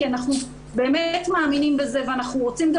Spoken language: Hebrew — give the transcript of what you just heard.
כי אנחנו באמת מאמינים בזה ואנחנו רוצים גם